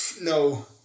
No